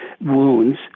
wounds